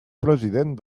president